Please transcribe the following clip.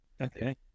Okay